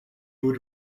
would